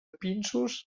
pinsos